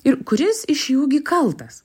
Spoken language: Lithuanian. ir kuris iš jų gi kaltas